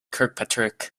kirkpatrick